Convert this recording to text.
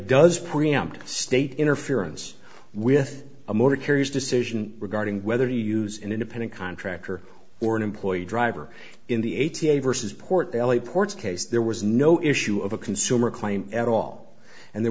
does preempt state interference with a more curious decision regarding whether to use an independent contractor or an employee driver in the a t l versus port delhi ports case there was no issue of a consumer claim at all and there